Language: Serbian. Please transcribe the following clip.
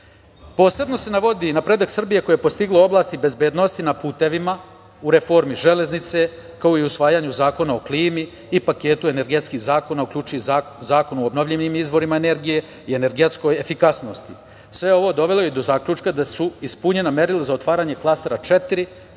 Posebno se navodi napredak Srbije koji je postigla u oblasti bezbednosti na putevima, u reformi železnice, kao i usvajanju Zakona o klimi, set energetskih zakona, uključujući i Zakon o obnovljivim izvorima energije i energetskoj efikasnosti. Sve ovo dovelo je do zaključka da su ispunjena merila za otvaranje klastera